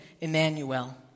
Emmanuel